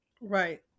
Right